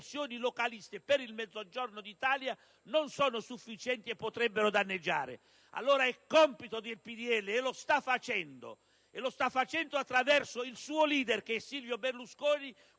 localiste per il Mezzogiorno d'Italia non sono sufficienti e potrebbero essere di danno. Allora il compito del PdL, che lo sta svolgendo, e lo sta facendo attraverso il suo leader che è Silvio Berlusconi,